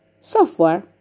Software